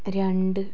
രണ്ട്